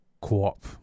co-op